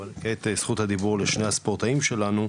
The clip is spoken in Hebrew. אבל כעת זכות הדיבור של שני הספורטאים שלנו,